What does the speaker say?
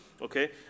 Okay